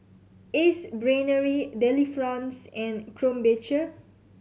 Ace Brainery Delifrance and Krombacher